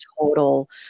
total